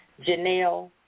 Janelle